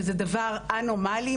שזה דבר אנומלי,